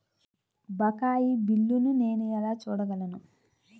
బకాయి బిల్లును నేను ఎలా చూడగలను?